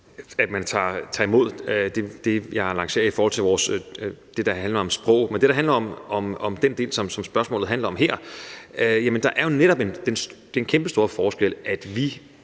at man tager imod det, jeg annoncerer i forhold til det, der handler om sprog. I forhold til det, der handler om den del, som spørgsmålet her handler om, er der jo netop den kæmpestore forskel, at vi